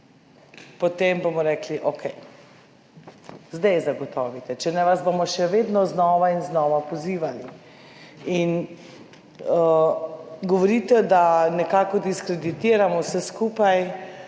potem bomo rekli okej. Zdaj zagotovite, če ne vas bomo še vedno znova in znova pozivali. In govorite, da nekako diskreditiramo vse skupaj,